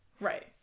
Right